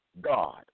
God